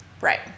Right